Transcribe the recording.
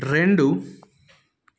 రెండు